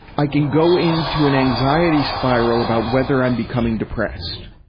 i can go into an anxiety spiral about whether i'm becoming depressed.